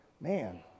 man